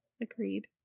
Agreed